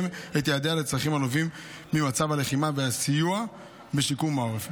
לצרכים הנובעים ממצב הלחימה והסיוע בשיקום העורף.